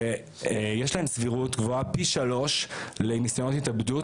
שיש להם סבירות גדולה פי שלוש לניסיונות התאבדות